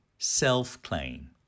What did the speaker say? Self-claim